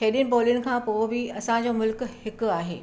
हेॾीनि ॿोलीनि खां पोइ बि असांजो मुल्क़ हिकु आहे